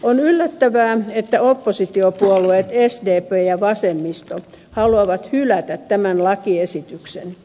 on yllättävää että oppositiopuolueet sdp ja vasemmisto haluavat hylätä tämän lakiesityksen